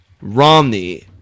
Romney